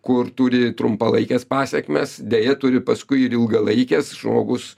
kur turi trumpalaikes pasekmes deja turi paskui ir ilgalaikes žmogus